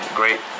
great